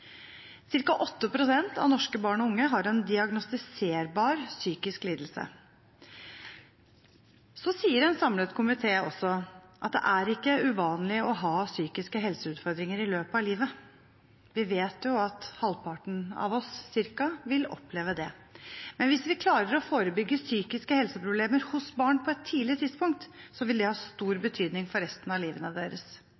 av norske barn og unge har en diagnostiserbar psykisk lidelse. Så sier en samlet komité også at det ikke er uvanlig å ha psykiske helseutfordringer i løpet av livet. Vi vet at ca. halvparten av oss vil oppleve det. Men hvis vi klarer å forebygge psykiske helseproblemer hos barn på et tidlig tidspunkt, vil det ha stor